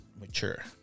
mature